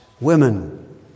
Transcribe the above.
women